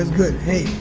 ah good. hey.